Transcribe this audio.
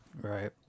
Right